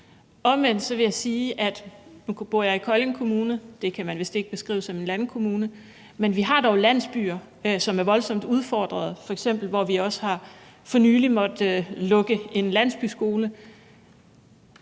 Omvendt vil jeg sige, at nu bor jeg i Kolding Kommune, og det kan man vist ikke beskrive som en landkommune, men vi har dog landsbyer, som er voldsomt udfordret, f.eks. har vi også for nylig måttet lukke en landsbyskole.